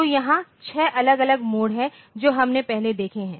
तो यहां छह अलग अलग मोड हैं जो हमने पहले देखे हैं